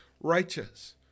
righteous